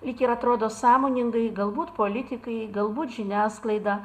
lyg ir atrodo sąmoningai galbūt politikai galbūt žiniasklaida